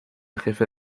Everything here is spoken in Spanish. jefe